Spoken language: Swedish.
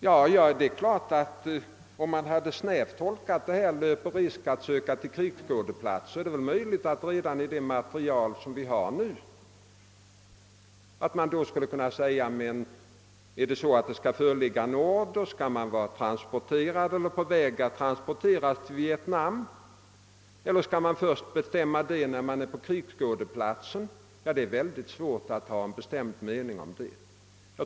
Om vi snävt hade tolkat uttrycket »löper risk att sändas till krigsskådeplats», är det möjligt att vi redan med det material som nu finns formellt hade kunnat avgöra saken. Skall det föreligga en inkallelseorder, skall man vara transporterad eller på väg att transporteras till Vietnam eller skall risken anses inträffa först när man sändes ut på krigsskådeplatsen? Det är svårt att ha en bestämd mening om detta.